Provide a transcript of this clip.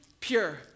pure